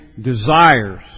desires